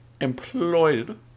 employed